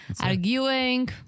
arguing